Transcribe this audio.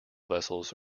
vessels